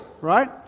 right